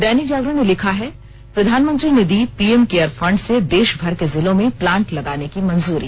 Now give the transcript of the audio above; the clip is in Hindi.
दैनिक जागरण ने लिखा है प्रधानमंत्री ने दी पीएम केयर फंड से देशभर के जिलों में प्लांट लगाने की मंजूरी